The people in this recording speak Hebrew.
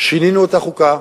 שינינו את החוקה,